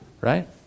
Right